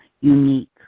unique